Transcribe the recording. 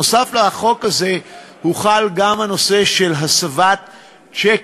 נוסף על החוק הזה, הוחל גם הנושא של הסבת צ'קים.